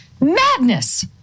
madness